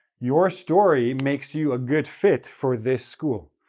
your story makes you a good fit for this school.